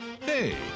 Hey